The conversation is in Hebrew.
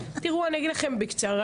תראו אני אגיד לכם בקצרה,